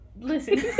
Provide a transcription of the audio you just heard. Listen